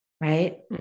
right